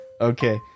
Okay